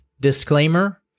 Disclaimer